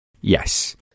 Yes